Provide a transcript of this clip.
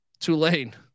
Tulane